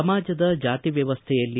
ಸಮಾಜದ ಜಾತಿ ವ್ಯವಸ್ಥೆಯಲ್ಲಿ